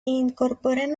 incorporan